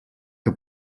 que